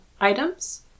items